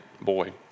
boy